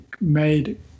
made